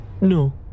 No